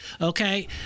Okay